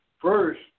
first